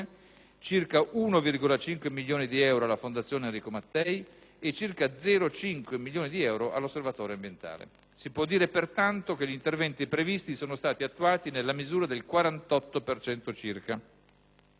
circa 1,5 milioni di euro alla Fondazione Enrico Mattei e circa 0,5 milioni di euro all'Osservatorio ambientale. Si può dire, pertanto, che gli interventi previsti sono stati attuati nella misura del 48 per